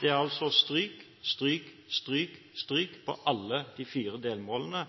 Det er altså stryk, stryk, stryk, stryk på alle de fire delmålene